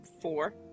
Four